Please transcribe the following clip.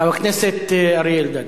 חבר הכנסת אריה אלדד.